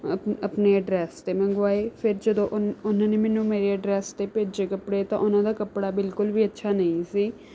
up ਆਪਣੇ address 'ਤੇ ਮੰਗਵਾਏ ਫਿਰ ਜਦੋਂ ਉਹ ਉਹਨਾਂ ਨੇ ਮੈਨੂੰ ਮੇਰੇ ਐੱਡਰਸ 'ਤੇ ਭੇਜੇ ਕੱਪੜੇ ਤਾਂ ਉਨ੍ਹਾਂ ਦਾ ਕੱਪੜਾ ਬਿਲਕੁਲ ਵੀ ਅੱਛਾ ਨਹੀਂ ਸੀ